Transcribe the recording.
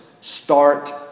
start